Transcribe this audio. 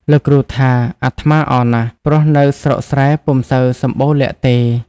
លោកគ្រូថា "អាត្មាអរណាស់ ព្រោះនៅស្រុកស្រែពុំសូវសម្បូរល័ក្តទេ"។